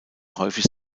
häufig